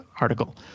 article